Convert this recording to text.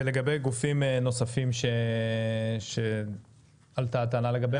ולגבי גופים נוספים שעלתה הטענה לגביהם?